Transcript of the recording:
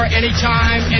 anytime